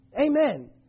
Amen